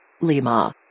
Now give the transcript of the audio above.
Lima